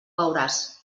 beuràs